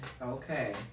okay